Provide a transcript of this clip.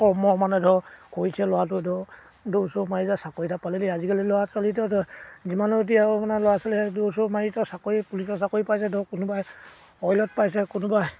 কৰ্ম মানে ধৰক কৰিছে ল'ৰাটো ধৰক দৌৰ চৌৰ মাৰি যা চাকৰি এটা পালে দেই আজিকালি ল'ৰা ছোৱালীয়েতো যিমানো সিহঁতি আৰু মানে ল'ৰা ছোৱালীয়ে দৌৰ চৌৰ মাৰিতো চাকৰি পুলিচৰ চাকৰি পাইছে ধৰক কোনোবাই অইলত পাইছে কোনোবাই